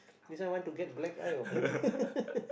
this one want to get black eye or what